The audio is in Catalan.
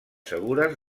segures